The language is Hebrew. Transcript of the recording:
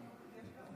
אם כך,